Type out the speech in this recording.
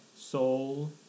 Soul